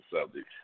subject